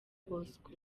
bosco